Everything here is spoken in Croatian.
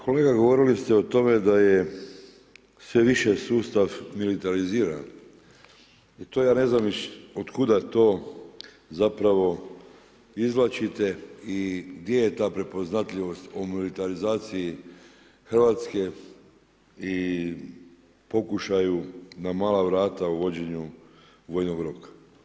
Kolega, govorili ste o tome, da je sve više sustav militariziran i to ja ne znam od kuda to zapravo izvlačite i gdje je ta prepoznatljivost o … Hrvatske i pokušaju na mala vrata uvođenju vojnog roka.